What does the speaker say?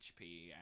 hp